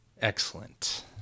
Excellent